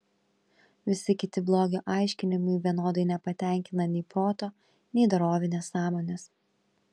visi kiti blogio aiškinimai vienodai nepatenkina nei proto nei dorovinės sąmonės